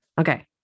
Okay